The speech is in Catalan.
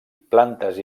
plantes